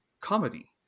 comedy